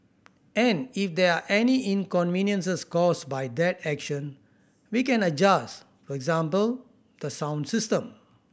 and if there are any inconveniences caused by that action we can adjust for example the sound system